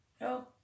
No